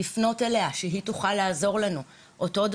לפנות אליו ולהיעזר בו.